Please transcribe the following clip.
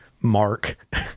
mark